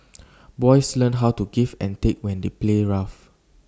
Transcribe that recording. boys learn how to give and take when they play rough